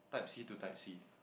type C to type C